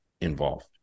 involved